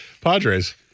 Padres